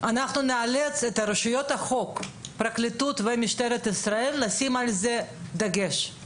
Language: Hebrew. אנחנו נאלץ את רשויות החוק פרקליטות ומשטרת ישראל לשים על זה דגש.